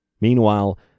Meanwhile